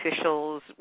officials